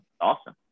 awesome